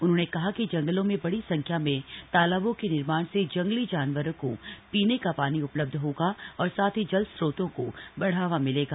उन्होंने कहा कि जंगलों में बड़ी संख्या में तालाबों के निर्माण से जंगली जानवरों को पीने का पानी उपलब्ध होगा और साथ ही जल स्रोतों को बढ़ावा मिलेगा